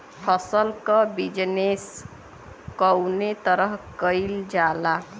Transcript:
फसल क बिजनेस कउने तरह कईल जाला?